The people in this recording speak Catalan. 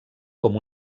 com